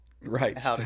Right